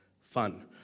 Fun